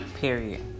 Period